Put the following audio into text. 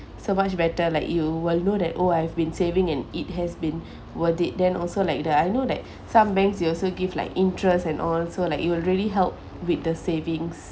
so much better like you will know that oh I've been saving and it has been worth it then also like that I know that some banks will also give like interest and all so like it will really help with the savings